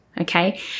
okay